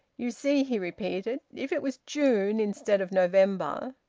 you see, he repeated. if it was june instead of november!